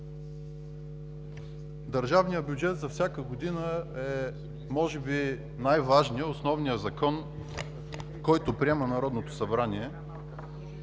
Държавният бюджет за всяка година е може би най-важният, основният закон, който приема Народното събрание.